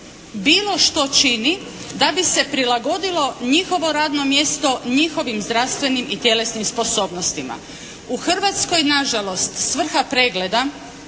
bilo što čini da bi se prilagodilo njihovo radno mjesto njivom zdravstvenim i tjelesnim sposobnostima. U Hrvatskoj nažalost, svrha pregleda